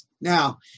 Now